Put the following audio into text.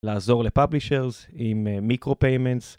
לעזור לפאבלישרס עם מיקרו פיימנס